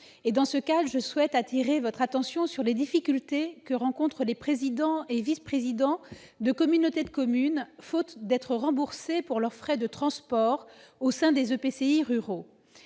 et, dans ce cadre, je souhaite attirer votre attention sur les difficultés que rencontrent les présidents et vice-présidents de communautés de communes, faute d'être remboursés de leurs frais de transport au sein des